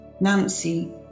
Nancy